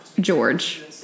George